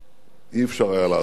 אי-אפשר היה לעשות זאת,